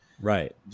Right